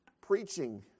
preaching